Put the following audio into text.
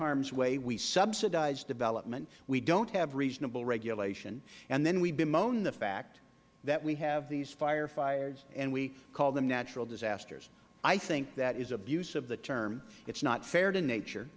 harm's way we subsidize development we don't have reasonable regulation and then we bemoan the fact that we have these wildfires and we call them natural disasters i think that is abuse of the term it is not fair to nature